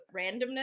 randomness